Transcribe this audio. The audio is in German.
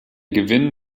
gewinn